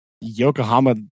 Yokohama